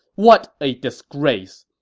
what a disgrace!